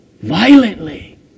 violently